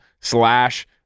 slash